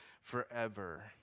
forever